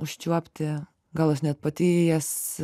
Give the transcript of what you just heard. užčiuopti gal aš ne pati į jas